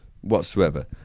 whatsoever